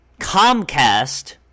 Comcast